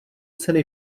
ceny